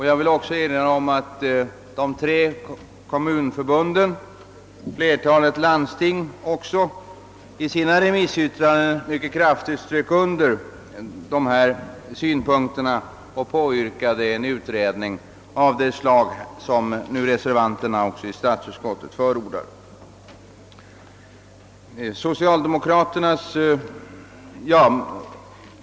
Jag vill också erinra om att de tre kommunförbunden och flertalet landsting i sina remissyttranden mycket kraftigt underströk dessa synpunkter och påyrkade en utredning av det slag som reservanterna i statsutskottet nu förordar.